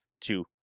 two